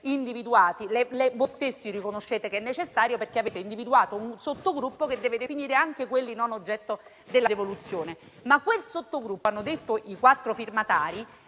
individuati, voi stessi riconoscete che è necessario, perché avete individuato un sottogruppo che deve definire anche quelli non oggetto della devoluzione. Ma quel sottogruppo - hanno detto i quattro firmatari